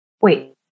wait